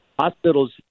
Hospitals